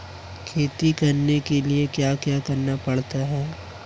खेती करने के लिए क्या क्या करना पड़ता है?